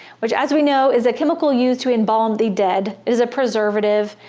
which as we know is a chemical used to embalm the dead is a preservative.